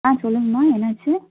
ஆ சொல்லுங்கம்மா என்னாச்சு